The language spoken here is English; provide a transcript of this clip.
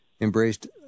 embraced